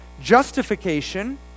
Justification